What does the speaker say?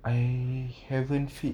I haven't feed